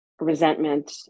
resentment